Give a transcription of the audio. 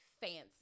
fancy